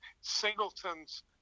singletons